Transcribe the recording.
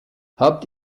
habt